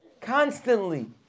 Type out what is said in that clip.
constantly